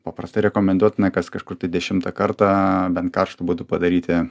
paprastai rekomenduotina kas kažkur tai dešimtą kartą bent karštu būdu padaryti